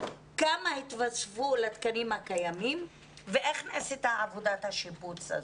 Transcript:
כמה התווספו לתקנים הקיימים ואיך נעשית עבודת השיבוץ הזו?